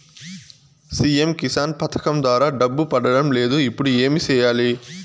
CM Kisan పథకం ద్వారా డబ్బు పడడం లేదు ఇప్పుడు ఏమి సేయాలి